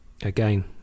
again